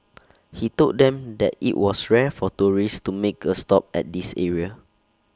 he told them that IT was rare for tourists to make A stop at this area